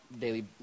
daily